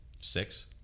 Six